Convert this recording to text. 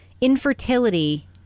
infertility